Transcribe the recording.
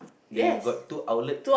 they got two outlet